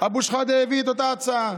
אבו שחאדה הביא את אותה הצעה,